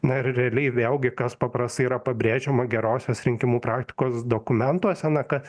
na ir realiai vėlgi kas paprastai yra pabrėžiama gerosios rinkimų praktikos dokumentuose na kad